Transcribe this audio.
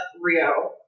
Rio